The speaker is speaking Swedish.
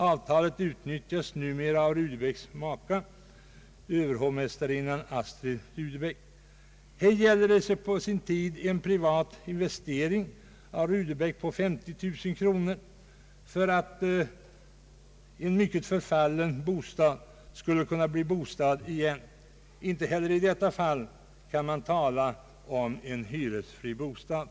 Avtalet utnyttjas nu av hans maka, överhovmästarinnan Astrid Rudebeck. Här gjordes på sin tid en privat investering av Rudebeck på 50 000 kronor för att en mycket förfallen bostad skulle kunna bli bostad igen. Inte heller i detta fall kan man tala om en hyresfri bostad.